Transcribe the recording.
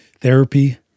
therapy